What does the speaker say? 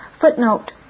Footnote